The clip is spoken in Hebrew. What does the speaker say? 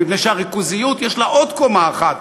לריכוזיות יש עוד קומה אחת,